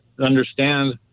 understand